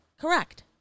Correct